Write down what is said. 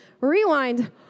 rewind